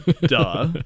Duh